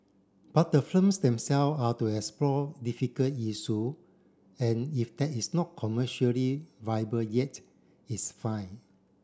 but the films them self are to explore difficult issue and if that is not commercially viable yet it's fine